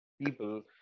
people